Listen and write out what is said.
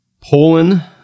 Poland